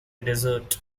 dessert